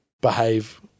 behave